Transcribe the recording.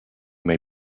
may